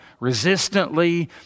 resistantly